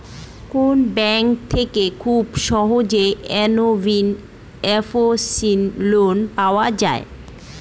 কোন ব্যাংক থেকে খুব সহজেই এন.বি.এফ.সি লোন পাওয়া যায়?